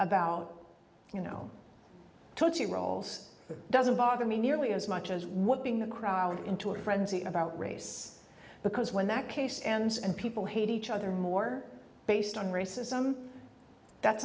about you know coaching roles doesn't bother me nearly as much as what being the crowd into a frenzy about race because when that case ends and people hate each other more based on racism that's